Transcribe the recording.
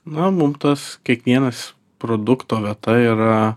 na mum tas kiekvienas produkto vieta yra